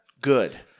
good